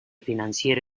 financiero